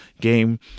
game